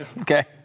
Okay